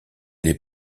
les